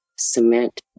Cement